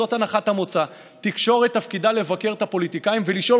זאת הנחת המוצא: תקשורת תפקידה לבקר את הפוליטיקאים ולשאול